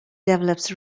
develops